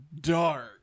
dark